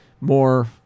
more